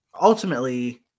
ultimately